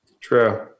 True